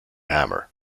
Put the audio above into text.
hammer